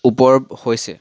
ওপৰত হৈছে